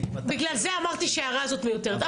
בגלל זה אמרתי שההערה הזאת מיותרת.